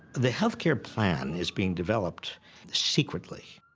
the health care plan is being developed secretly.